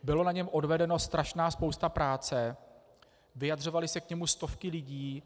Byla na něm odvedena strašná spousta práce, vyjadřovaly se k němu stovky lidí.